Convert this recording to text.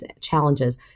challenges